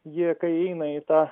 jie kai eina į tą